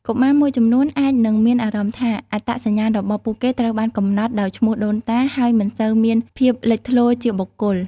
កុមារមួយចំនួនអាចនឹងមានអារម្មណ៍ថា អត្តសញ្ញាណរបស់ពួកគេត្រូវបានកំណត់ដោយឈ្មោះដូនតា ហើយមិនសូវមានភាពលេចធ្លោជាបុគ្គល។